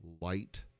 light